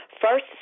first